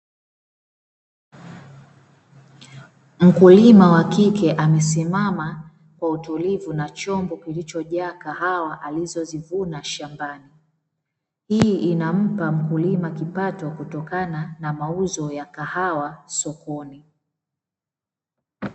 Mkulima wa kike amesimama kwa utulivu na chombo kilichojaa kahawa alizozivuna shambani, hii inampa mkulima kipato kutokana na mauzo ya kahawa sokoni.